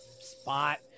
spot